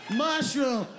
mushroom